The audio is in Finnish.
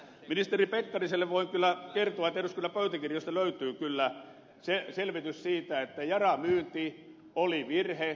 ministeri pekkariselle voin kyllä kertoa että eduskunnan pöytäkirjoista löytyy selvitys siitä että yara myynti oli virhe